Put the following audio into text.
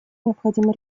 необходимо